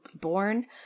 born